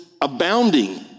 abounding